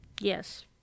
Yes